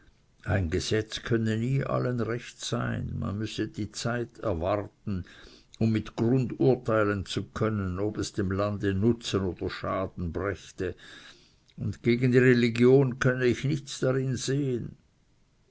ein gesetz könne nie allen recht sein man müsse der zeit erwarten um mit grund urteilen zu können ob es dem lande nutzen oder schaden brächte und gegen die religion könne ich nichts darin sehen